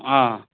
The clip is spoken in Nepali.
अँ